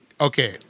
Okay